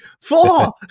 Four